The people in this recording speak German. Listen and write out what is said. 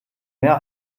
mehr